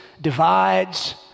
divides